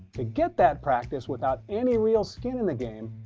to get that practice without any real skin in the game,